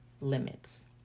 limits